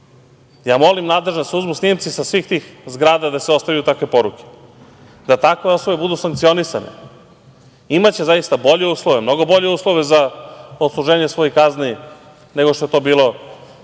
molim nadležne da se uzmu snimci sa svih tih zgrada gde se ostavljaju takve poruke, da takve osobe budu sankcionisane. Imaće zaista mnogo bolje uslove za odsluženje svojih kazni nego što je to bilo